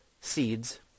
seeds